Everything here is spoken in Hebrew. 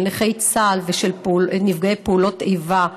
של נכי צה"ל ושל נפגעי פעולות איבה,